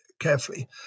carefully